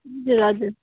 हजुर हजुर